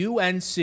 UNC